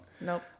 Nope